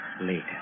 later